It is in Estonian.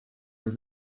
ajal